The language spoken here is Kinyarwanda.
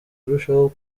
arushaho